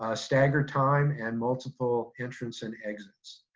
ah staggered time and multiple entrance and exits.